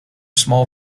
small